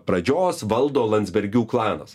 pradžios valdo landsbergių klanas